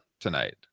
tonight